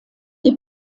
die